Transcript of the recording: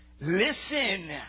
listen